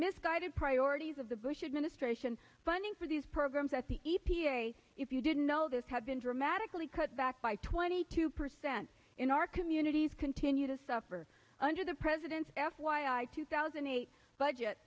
misguided priorities of the bush administration funding for these programs at the e p a if you didn't know this had been dramatically cut back by twenty two percent in our communities continue to suffer under the president's f y i two thousand eight budget